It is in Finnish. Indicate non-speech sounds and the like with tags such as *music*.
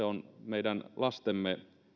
*unintelligible* on meidän lastemme